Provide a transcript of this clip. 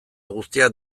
guztiak